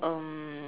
um